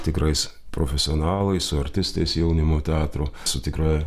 tikrais profesionalais su artistais jaunimo teatro su tikra